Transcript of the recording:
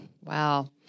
Wow